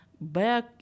back